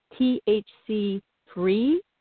THC-free